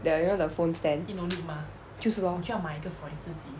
the you know the phone stand 就是 lor